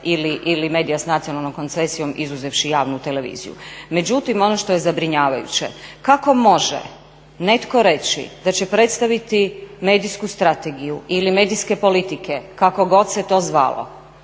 ili medija s nacionalnom koncesijom izuzevši javnu televiziju. Međutim ono što je zabrinjavajuće, kako može netko reći da će predstaviti medijsku strategiju ili medijske politike, kako god se to zvalo,